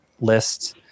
lists